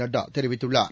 நட்டா தெரிவித்துள்ளார்